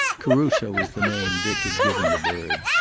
caruso was the name dick had given the bird.